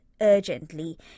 urgently